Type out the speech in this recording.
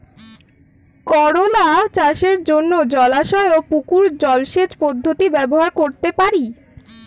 করোলা চাষের জন্য জলাশয় ও পুকুর জলসেচ পদ্ধতি ব্যবহার করতে পারি?